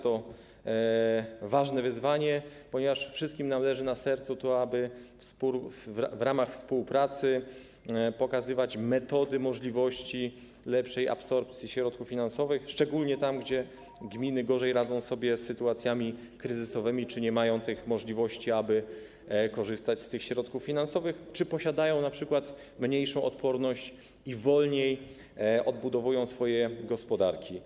To ważne wyzwanie, ponieważ wszystkim nam leży na sercu to, aby w ramach współpracy pokazywać metody, możliwości lepszej absorpcji środków finansowych, szczególnie tam, gdzie gminy gorzej radzą sobie z sytuacjami kryzysowymi, nie mają możliwości, aby korzystać z tych środków finansowych, czy np. mają mniejszą odporność i wolniej odbudowują swoje gospodarki.